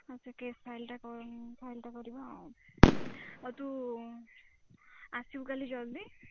ହଁ ସେ କେସ୍ ଫାଇଲଟା କ ଫାଇଲଟା କରିବା ଆଉଁ ଆଉ ତୁ ଆସିବୁ କାଲି ଜଲ୍ଦି